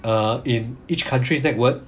err in each country's network